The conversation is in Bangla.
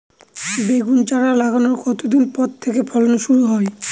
বেগুন চারা লাগানোর কতদিন পর থেকে ফলন শুরু হয়?